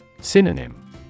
Synonym